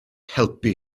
helpu